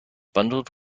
bundled